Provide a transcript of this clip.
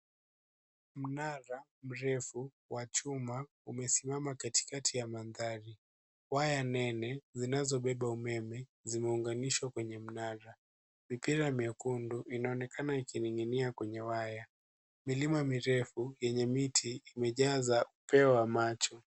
Mnara mrefu wa chuma umesimama katikati ya mandhari. Waya nene zinazobeba umeme zimeunganishwa kwenye mnara. Mipira mekundu inaonekana ikining'inia kwenye waya. Milima mirefu yenye miti imejaza upeo wa macho.